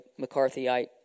McCarthyite